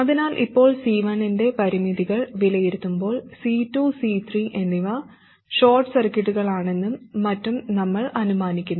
അതിനാൽ ഇപ്പോൾ C1 ന്റെ പരിമിതികൾ വിലയിരുത്തുമ്പോൾ C2 C3 എന്നിവ ഷോർട്ട് സർക്യൂട്ടുകളാണെന്നും മറ്റും നമ്മൾ അനുമാനിക്കുന്നു